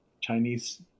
Chinese